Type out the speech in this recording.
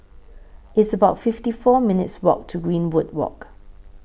It's about fifty four minutes' Walk to Greenwood Walk